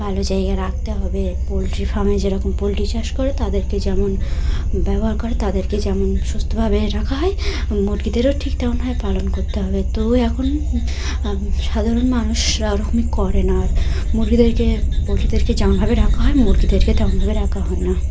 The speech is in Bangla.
ভালো জায়গায় রাখতে হবে পোলট্রি ফার্মে যেরকম পোলট্রি চাষ করে তাদেরকে যেমন ব্যবহার করে তাদেরকে যেমন সুস্থভাবে রাখা হয় মুরগিদেরও ঠিক তেমনভাবে পালন করতে হবে তো এখন সাধারণ মানুষ ওরকমই করে না আর মুরগিদেরকে পোলট্রিদেরকে যেমনভাবে রাখা হয় মুরগিদেরকে তেমনভাবে রাখা হয় না